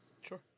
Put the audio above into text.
Sure